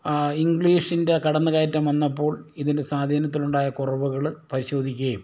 ഇംഗ്ലീഷിൻ്റെ കടന്നു കയറ്റം വന്നപ്പോൾ ഇതിൻ്റെ സ്വാധീനത്തിലുണ്ടായ കുറവുകൾ പരിശോധിക്കുകയും